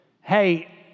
hey